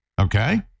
okay